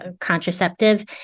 contraceptive